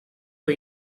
for